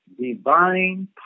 divine